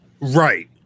right